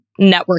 networking